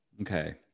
Okay